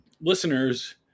listeners